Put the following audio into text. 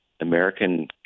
American